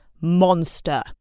Monster